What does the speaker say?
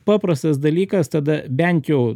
paprastas dalykas tada bent jau